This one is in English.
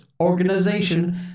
organization